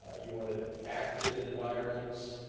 ah you wanted active environments,